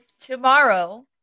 tomorrow